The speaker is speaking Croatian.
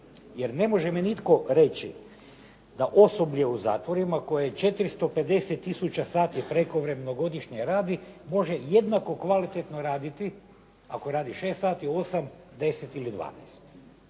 jer ne može mi nitko reći da osoblje u zatvorima koje 450 tisuća sati prekovremeno godišnje radi može jednako kvalitetno radi ako radi 6 sati, 8, 10 ili 12.